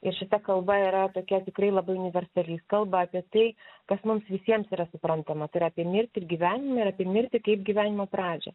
ir šita kalba yra tokia tikrai labai universali jis kalba apie tai kas mums visiems yra suprantama tai yra apie mirtį ir gyvenimą ir apie mirtį kaip gyvenimo pradžią